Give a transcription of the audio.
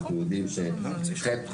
אנחנו יודעים שחלק מהפעילות,